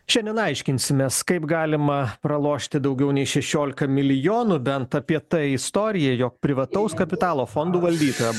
šiandien aiškinsimės kaip galima pralošti daugiau nei šešiolika milijonų bent apie tai istorija jog privataus kapitalo fondų valdytoja